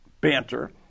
banter